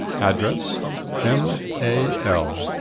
address m. a. l,